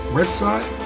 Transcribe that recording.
website